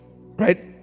Right